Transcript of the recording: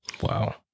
Wow